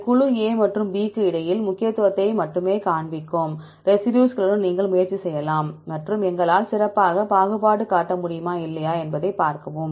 இந்த குழு A மற்றும் B க்கு இடையில் முக்கியத்துவத்தை மட்டுமே காண்பிக்கும் ரெசிடியூஸ்களுடன் நீங்கள் முயற்சி செய்யலாம் மற்றும் எங்களால் சிறப்பாக பாகுபாடு காட்ட முடியுமா இல்லையா என்பதைப் பார்க்கவும்